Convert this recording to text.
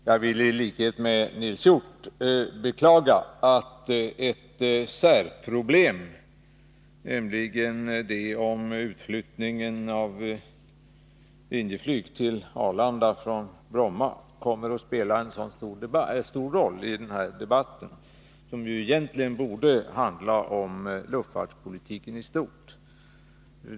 Herr talman! I likhet med Nils Hjorth beklagar jag att ett särproblem — nämligen utflyttningen av Linjeflyg från Bromma till Arlanda — kommit att spela en så stor roll i den här debatten, som ju egentligen borde handla om luftfartspolitiken i stort.